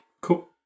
Cool